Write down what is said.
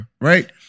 right